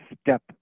step